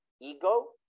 ego